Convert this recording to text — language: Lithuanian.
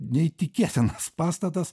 neįtikėtinas pastatas